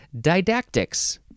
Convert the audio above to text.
didactics